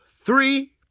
three